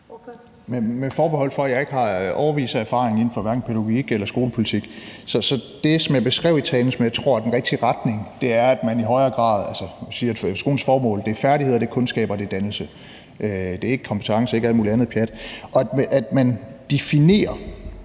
Med forbehold for at jeg ikke har årevis af erfaring inden for hverken pædagogik eller skolepolitik, vil jeg sige, at det, som jeg beskrev i talen, og som jeg tror er den rigtige retning, var, at man i højere grad siger, at skolens formål er færdigheder, kundskab og dannelse. Det er ikke kompetencer, og det er ikke alt mulig andet pjat. Det handler